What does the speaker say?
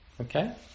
okay